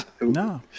No